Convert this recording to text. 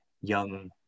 young